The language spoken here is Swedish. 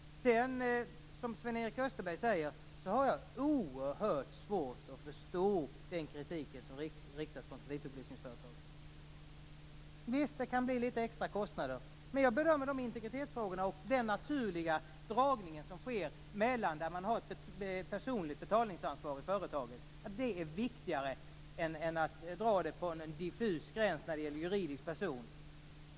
Liksom Sven-Erik Österberg har jag oerhört svårt att förstå den kritik som riktats från kreditupplysningsföretagen. Visst, det kan bli litet extra kostnader, men jag bedömer dessa integritetsfrågor och den naturliga gränsdragning som sker vid att man har personligt betalningsansvar i företaget som viktigare än att dra någon diffus gräns vid juridisk person.